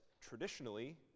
traditionally